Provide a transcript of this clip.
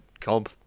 comp